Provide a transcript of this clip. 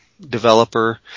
developer